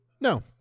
No